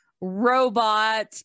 robot